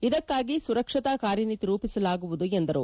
ಇದಕ್ಕಾಗಿ ಸುರಕ್ಷತಾ ಕಾರ್ಯನೀತಿ ರೂಪಿಸಲಾಗುವುದು ಎಂದರು